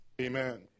Amen